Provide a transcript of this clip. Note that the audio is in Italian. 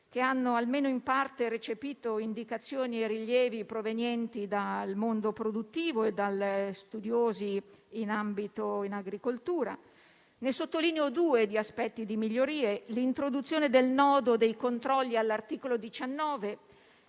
che hanno almeno in parte recepito indicazioni e rilievi provenienti dal mondo produttivo e dagli studiosi in ambito agricolo. Sottolineo due migliorie: l'introduzione del nodo dei controlli all'articolo 19